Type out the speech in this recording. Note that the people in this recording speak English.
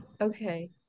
Okay